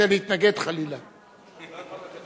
שגילו עולה על 75). השר איננו כאן.